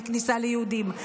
כניסה ליהודים.